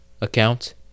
account